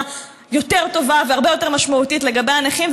יותר טובה והרבה יותר משמעותית לגבי הנכים,